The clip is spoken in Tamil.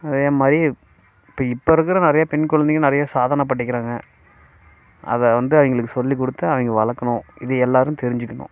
அதே மாதிரி இப்போ இப்போ இருக்கிற நிறைய பெண் குழந்தைங்கள் நிறைய சாதனை பண்ணிக்கிறாங்க அத வந்து அவங்களுக்கு சொல்லிக் கொடுத்து அவங்க வளர்க்கணும் இது எல்லோரும் தெரிஞ்சுக்கணும்